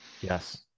Yes